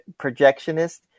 projectionist